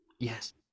Yes